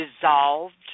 dissolved